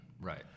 Right